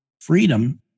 freedom